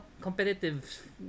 competitive